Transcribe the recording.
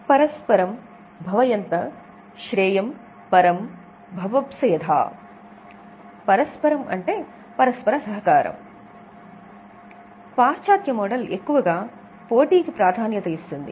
పరస్పరం భవయంత శ్రేయమ్ పరమ్ భవప్సయథా కాబట్టి ఇక్కడ పరస్పరం భవయంత పరస్పరం అంటే పరస్పర సహకారం చాలా ప్రాముఖ్యత ఇవ్వబడింది ఇది కేవలం పోటీ యొక్క భావన మాత్రమే కాదు పాశ్చాత్య మోడల్ ఎక్కువగా పోటీకి ప్రాధాన్యత ఇస్తుంది